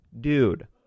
Dude